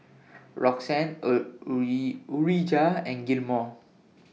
Roxane Urijah and Gilmore